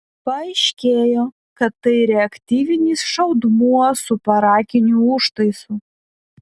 paaiškėjo kad tai reaktyvinis šaudmuo su parakiniu užtaisu